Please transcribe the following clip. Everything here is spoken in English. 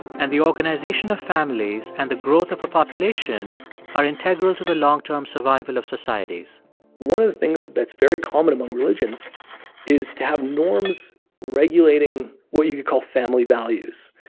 and the organization of families and the growth of a population are integral to the long-term survival of societies one of the things that's very common among religions is to have norms regulating what you could call family values.